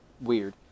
weird